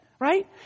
right